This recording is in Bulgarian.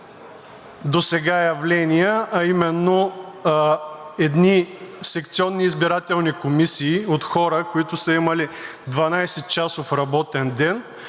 досега явления, а именно едни секционни избирателни комисии от хора, които са имали 12-часов работен ден,